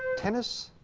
tennis.